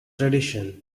tradition